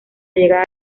llegada